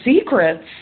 secrets